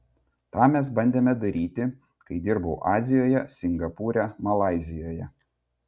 tą mes bandėme daryti kai dirbau azijoje singapūre malaizijoje